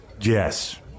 Yes